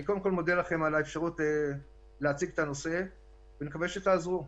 אני מודה לכם על האפשרות להציג את הנושא ואני מקווה שתעזרו.